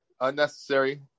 unnecessary